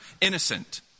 innocent